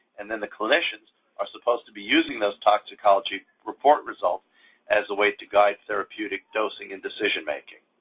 and then the clinicians are supposed to be using those toxicology report results as a way to guide therapeutic dosing and decision making.